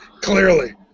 clearly